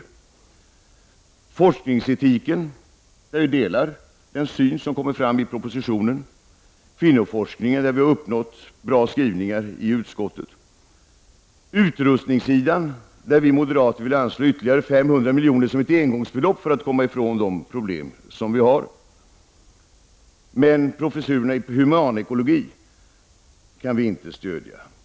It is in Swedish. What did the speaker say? När det gäller forskningsetiken delar vi den syn som framkommer i propositionen. När det gäller kvinnoforskningen har vi uppnått en bra skrivning i utskottet. På utrustningssidan vill vi moderater anslå ytterligare 500 milj.kr. som ett engångsbelopp för att komma ifrån de problem som finns där. Däremot kan vi moderater inte stödja en professur i humanekologi.